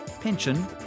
Pension